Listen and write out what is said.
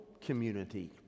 community